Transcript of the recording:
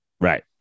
right